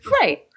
Right